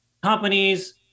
Companies